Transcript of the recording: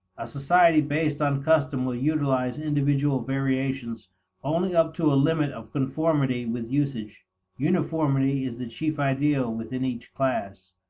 a society based on custom will utilize individual variations only up to a limit of conformity with usage uniformity is the chief ideal within each class.